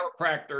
chiropractor